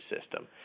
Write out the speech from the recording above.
system